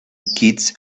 kids